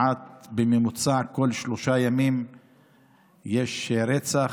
בממוצע כל שלושה ימים יש רצח.